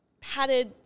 padded